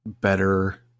better